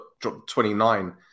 29